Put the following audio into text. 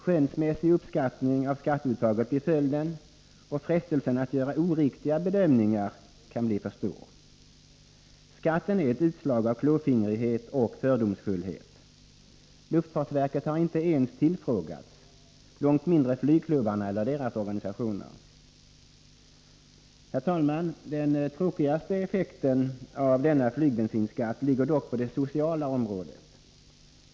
Skönsmässig beräkning av skatteuttaget blir följden, och frestelsen att göra oriktiga bedömningar kan bli för stor. Skatten är ett utslag av klåfingrighet och fördomsfullhet. Luftfartsverket har inte ens tillfrågats — långt mindre flygklubbarna eller deras organisationer. Herr talman! Den tråkigaste effekten av denna flygbensinskatt ligger dock på det sociala området.